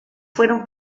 fueron